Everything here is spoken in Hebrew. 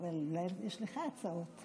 אבל אולי יש לך הצעות.